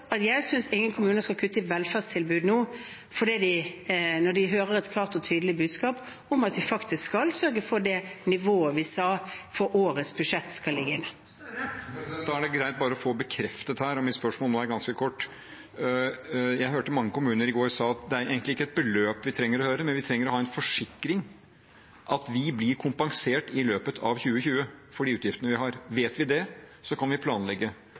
jeg synes ingen kommuner skal kutte i velferdstilbud nå, når de hører et klart og tydelig budskap om at vi faktisk skal sørge for det nivået vi sa skal ligge inne for årets budsjett. Jonas Gahr Støre – til oppfølgingsspørsmål. Da er det greit å få en bekreftelse her, og mitt spørsmål nå er ganske kort. Jeg hørte i går at mange kommuner sa at det egentlig ikke er et beløp de trenger å høre, de trenger å ha en forsikring om at de blir kompensert i løpet av 2020 for de utgiftene de har. Vet de det, kan de planlegge